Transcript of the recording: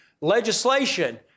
legislation